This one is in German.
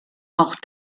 auch